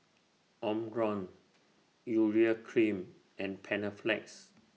Omron Urea Cream and Panaflex